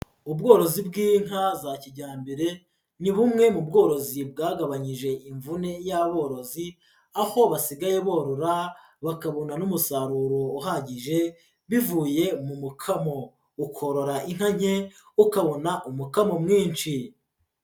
Ubworozi bw'inka za kiijyambere, ni bumwe mu bworozi bwagabanyije imvune y'aborozi aho basigaye borora bakabona n'umusaruro uhagije bivuye mu mukamo, ukorora inka nke ukabona umukamo mwinshi.